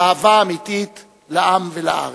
באהבה אמיתית לעם ולארץ.